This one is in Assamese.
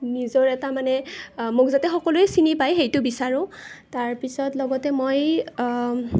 নিজৰ এটা মানে মোক যাতে সকলোৱে চিনি পাই সেইটো বিচাৰোঁ তাৰ পিছত লগতে মই